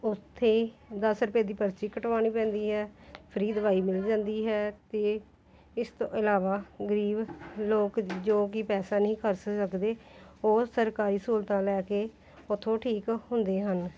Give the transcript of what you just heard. ਉੱਥੇ ਦਸ ਰੁਪਏ ਦੀ ਪਰਚੀ ਕਟਵਾਉਣੀ ਪੈਂਦੀ ਹੈ ਫਰੀ ਦਵਾਈ ਮਿਲ ਜਾਂਦੀ ਹੈ ਅਤੇ ਇਸ ਤੋਂ ਇਲਾਵਾ ਗਰੀਬ ਲੋਕ ਜੋ ਕਿ ਪੈਸਾ ਨਹੀਂ ਖਰਚ ਸਕਦੇ ਉਹ ਸਰਕਾਰੀ ਸਹੂਲਤਾਂ ਲੈ ਕੇ ਉੱਥੋਂ ਠੀਕ ਹੁੰਦੇ ਹਨ